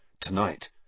Tonight